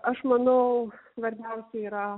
aš manau svarbiausia yra